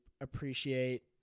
appreciate